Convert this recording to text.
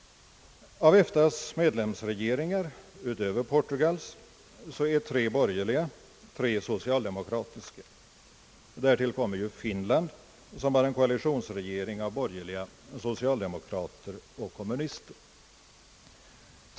Av EFTA:s medlemsregeringar utöver Portugals är tre borgerliga och tre socialdemokratiska. Därtill kommer Finland, som har en koalitionsregering av borgerliga, socialdemokrater och kommunister.